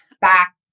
back